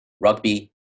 rugby